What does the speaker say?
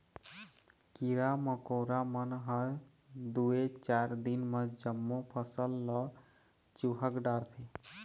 कीरा मकोरा मन ह दूए चार दिन म जम्मो फसल ल चुहक डारथे